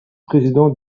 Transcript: président